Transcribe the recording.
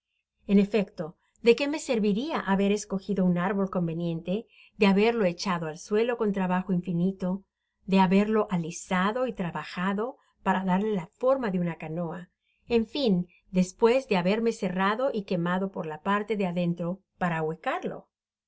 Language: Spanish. en efecto de qué me serviria haber escogido un árbol conveniente de haberlo echado al suelo con trabajo infinito de haberlo alisado y trabajado para darle la forma de una canoa en fin despues de haberle serrado y quemado por la parte de adentro para ahuecarlo